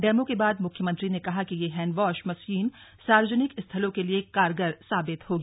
demo के बाद म्ख्यमंत्री ने कहा कि यह हैंडवॉश मशीन सार्वजनिक स्थलों के लिए कारगर साबित होगी